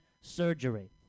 surgery